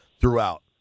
throughout